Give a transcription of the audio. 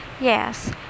Yes